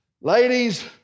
Ladies